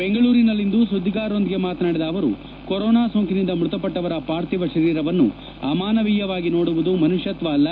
ಬೆಂಗಳೂರಿನಲ್ಲಿಂದು ಸುದ್ದಿಗಾರರೊಂದಿಗೆ ಮಾತನಾಡಿದ ಅವರು ಕೊರೊನಾ ಸೋಂಕಿನಿಂದ ಮೃತಪಟ್ಟವರ ಪಾರ್ಥಿವ ಶರೀರವನ್ನು ಅಮಾನವೀಯವಾಗಿ ಸೋಡುವುದು ಮನುಷ್ಕತ್ವ ಅಲ್ಲ